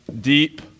deep